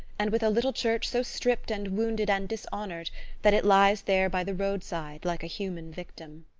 and with a little church so stripped and wounded and dishonoured that it lies there by the roadside like a human victim.